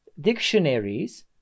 dictionaries